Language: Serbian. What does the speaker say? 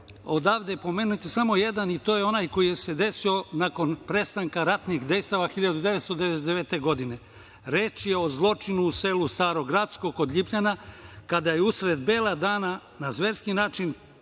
odavde pomenuti samo jedan, a to je onaj koji se desio nakon prestanka ratnih dejstava 1999. godine. Reč je o zločinu u selu Staro Gracko kod Lipljana, kada je usred bela dana na zverski način